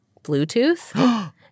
Bluetooth